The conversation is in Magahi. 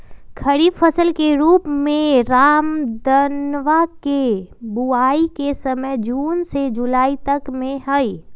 खरीफ फसल के रूप में रामदनवा के बुवाई के समय जून से जुलाई तक में हई